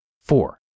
Four